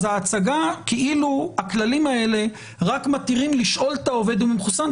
ההצגה כאילו הכללים האלה רק מתירים לשאול את העובד אם הוא מחוסן,